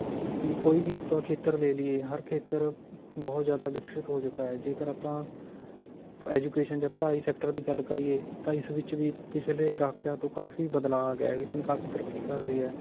ਨੀ ਕੋਈ ਵੀ ਆਪਾਂ ਖੇਤਰ ਲੈ ਲਈਏ ਹਰ ਖੇਤਰ ਬਹੁਤ ਜ਼ਿਆਦਾ ਵਿਕਸਤ ਹੋ ਚੁੱਕਾ ਹੈ ਜੇਕਰ ਆਪਾਂ ਐਜੂਕੇਸ਼ਨ ਜਾਂ ਪੜ੍ਹਾਈ ਸੈਕਟਰ ਦੀ ਗੱਲ ਕਰੀਏ ਤਾਂ ਇਸ ਵਿੱਚ ਵੀ ਪਿਛਲੇ ਦਹਾਕਿਆਂ ਤੋਂ ਕਾਫੀ ਬਦਲਾਅ ਆ ਗਿਆ ਇਸ ਨੇ ਕਾਫੀ ਤਰੱਕੀ ਕਰ ਲਈ ਹੈ